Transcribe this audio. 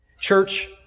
Church